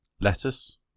lettuce